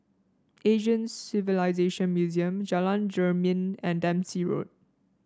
Asian Civilisation Museum Jalan Jermin and Dempsey Road